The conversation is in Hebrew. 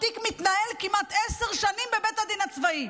התיק מתנהל כמעט עשר שנים בבית הדין הצבאי.